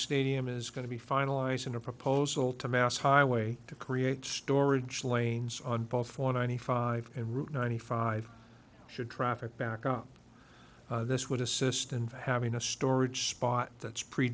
stadium is going to be finalizing a proposal to mass highway to create storage lanes on both for ninety five and route ninety five should traffic backup this would assist in having a storage spot that's pre